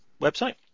website